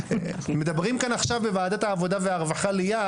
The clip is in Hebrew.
מדברים כאן עכשיו בוועדת העבודה והרווחה ליד